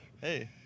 hey